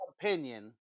opinion